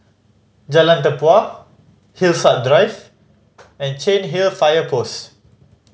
Jalan Tempua Hillside Drive and Cairnhill Fire Post